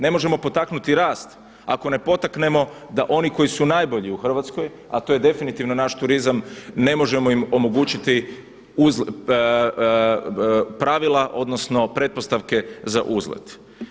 Ne možemo potaknuti rast ako ne potaknemo da oni koji su najbolji u Hrvatskoj a to je definitivno naš turizam ne možemo im omogućiti uz pravila odnosno pretpostavke za uzet.